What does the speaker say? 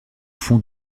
fond